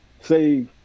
say